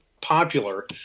popular